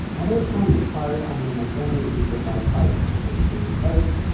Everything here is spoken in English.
although at times it's hard on me and my family to be so far apart because we're extremely close.